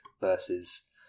versus